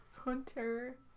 Hunter